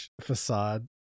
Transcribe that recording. facade